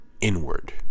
inward